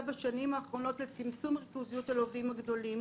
בשנים האחרונות לצמצום ריכוזיות הלווים הגדולים.